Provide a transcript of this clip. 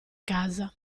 casa